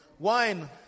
Wine